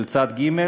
צד ג',